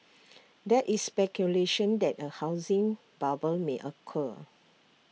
there is speculation that A housing bubble may occur